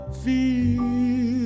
feel